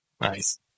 Nice